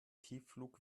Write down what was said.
tiefflug